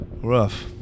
Rough